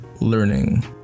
learning